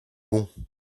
bon